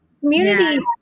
Community